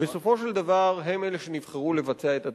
בסופו של דבר הם אלה שנבחרו לבצע את התפקיד,